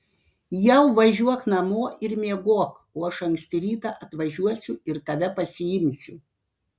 jau važiuok namo ir miegok o aš anksti rytą atvažiuosiu ir tave pasiimsiu